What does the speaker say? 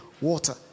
water